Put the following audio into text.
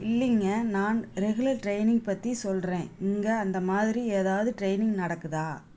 இல்லைங்க நான் regular training பற்றி சொல்கிறேன் இங்கே அந்த மாதிரி ஏதாவது ட்ரைனிங் நடக்குதா